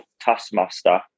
taskmaster